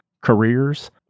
careers